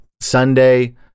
Sunday